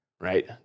right